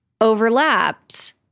overlapped